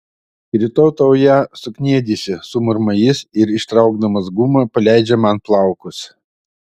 rytoj tau ją sukniedysiu sumurma jis ir ištraukdamas gumą paleidžia man plaukus